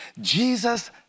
Jesus